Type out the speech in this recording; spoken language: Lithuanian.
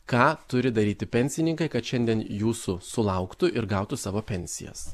ką turi daryti pensininkai kad šiandien jūsų sulauktų ir gautų savo pensijas